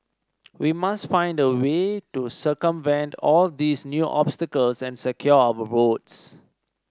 we must find a way to circumvent all these new obstacles and secure our votes